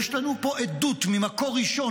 יש לנו פה עדות ממקור ראשון,